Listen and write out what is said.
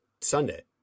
Sunday